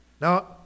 Now